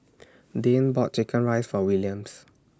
Dayne bought Chicken Rice For Williams